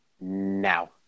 now